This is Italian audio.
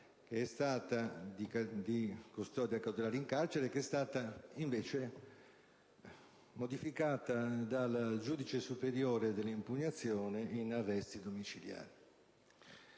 preliminari di custodia cautelare in carcere, che è stata invece modificata dal giudice superiore dell'impugnazione in arresti domiciliari.